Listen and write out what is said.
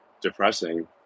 depressing